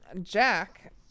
Jack